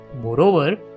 Moreover